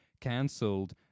cancelled